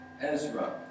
Ezra